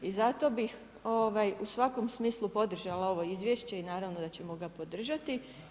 I zato bih u svakom smislu podržala ovo izvješće i naravno da ćemo ga podržati.